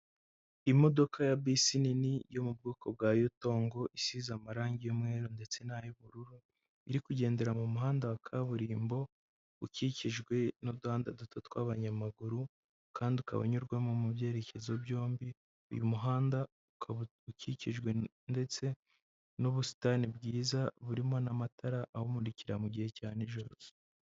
Imodoka ya bisi nini yo mu bwoko bwa Yutongo isize amarange y'umweru ndetse n'ay'ubururu, iri kugendera mu muhanda wa kaburimbo ukikijwe n'uduhanda duto tw'abanyamaguru kandi ukaba unyurwamo mu byerekezo byombi, uyu muhanda ukaba ukikijwe ndetse n'ubusitani bwiza burimo n'amatara awumurikira mu gihe cya nijoro.